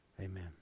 amen